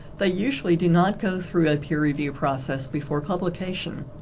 they usually do not go through a peer-review process before publication.